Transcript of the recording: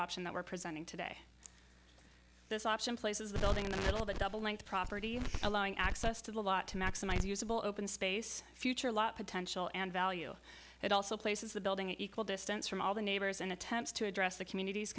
option that we're presenting today this option places the building in the middle of a double length property allowing access to the lot to maximize usable open space future lot potential and value it also places the building equal distance from all the neighbors and attempts to address the communit